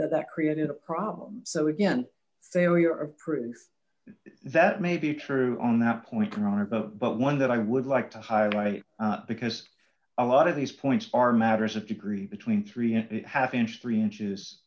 that created a problem so again failure of proof that may be true on that point on a boat but one that i would like to highlight because a lot of these points are matters of degree between three and a half inch three inches